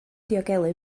diogelu